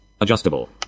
adjustable